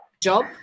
job